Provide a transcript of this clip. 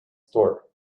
store